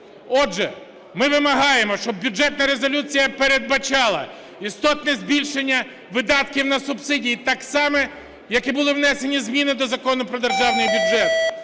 Отже, ми вимагаємо, щоб Бюджетна резолюція передбачала істотне збільшення видатків на субсидії, так само як і були внесені зміни до Закону про Державний бюджет.